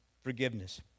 Forgiveness